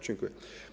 Dziękuję.